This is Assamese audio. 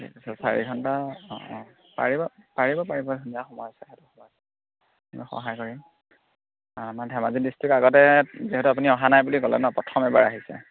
ঠিক আছে চাৰি ঘণ্টা অঁ অঁ পাৰিব পাৰিব পাৰিব ধুনীয়া সময় আছে সেইটো স সহায় কৰিম আমাৰ ধেমাজি ডিষ্ট্ৰিক্ট আগতে যিহেতু আপুনি অহা নাই বুলি ক'লে ন প্ৰথম এবাৰ আহিছে